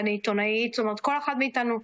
אני אגיד לך על זה משהו.